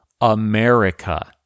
America